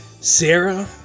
Sarah